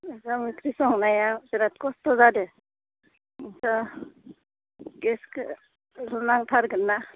ओंखाम ओंख्रि संनायाव बिराद खस्थ' जादो गेसखो नांथारगोनना